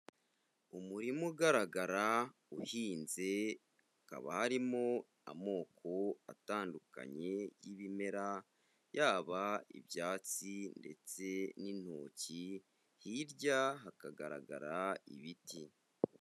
Umurima ugaragara uhinze hakaba harimo amoko atandukanye y'ibimera, yaba ibyatsi ndetse n'intoki hirya hakagaragara ibiti.